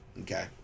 okay